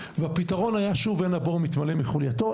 והפתרון היה שוב אין הבור מתמלא מחולייתו,